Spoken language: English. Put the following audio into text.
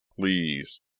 please